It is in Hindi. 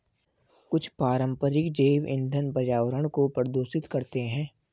कुछ पारंपरिक जैव ईंधन पर्यावरण को प्रदूषित करते हैं